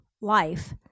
life